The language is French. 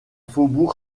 faubourg